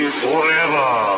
forever